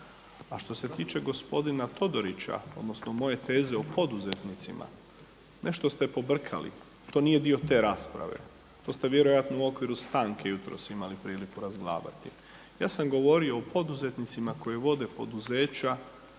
A što se tiče gospodina Todorića, odnosno moje teze o poduzetnicima nešto ste pobrkali. To nije dio te rasprave. To ste vjerojatno u okviru stanke jutros imali priliku razglabati. Ja sam govorio o poduzetnicima koji vode poduzeća,